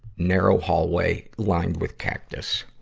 narrow hallway lined with cactus.